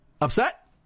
upset